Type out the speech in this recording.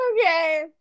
Okay